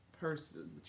person